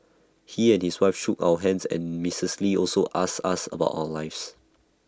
he and his wife shook our hands and Mrs lee also ask us about our lives